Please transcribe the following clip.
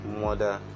mother